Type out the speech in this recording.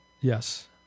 Yes